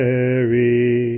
Mary